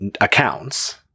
accounts